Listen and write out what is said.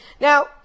Now